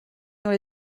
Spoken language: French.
dans